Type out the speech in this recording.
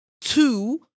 Two